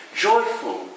joyful